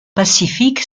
pacifique